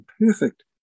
perfect